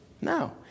No